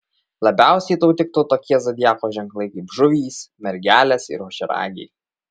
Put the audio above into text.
labiausiai tau tiktų tokie zodiako ženklai kaip žuvys mergelės ir ožiaragiai